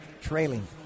trailing